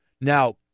Now